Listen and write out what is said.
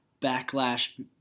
backlash